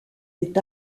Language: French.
est